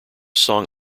song